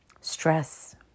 Stress